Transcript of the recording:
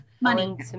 money